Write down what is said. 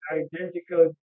identical